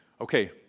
Okay